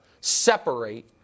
separate